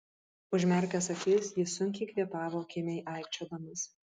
užmerkęs akis jis sunkiai kvėpavo kimiai aikčiodamas